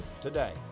today